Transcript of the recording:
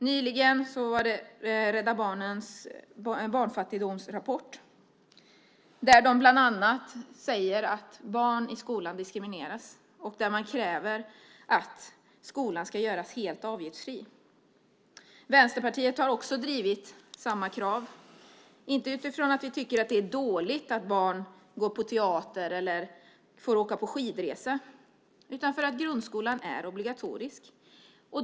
Nyligen var det Rädda Barnens barnfattigdomsrapport, där de bland annat säger att barn i skolan diskrimineras och kräver att skolan ska göras helt avgiftsfri. Vänsterpartiet har drivit samma krav, inte för att vi tycker att det är dåligt att barn får gå på teater eller åka på skidresa utan för att grundskolan är obligatorisk.